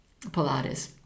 Pilates